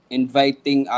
inviting